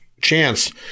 chance